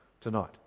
tonight